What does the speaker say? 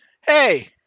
hey